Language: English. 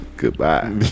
goodbye